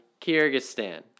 Kyrgyzstan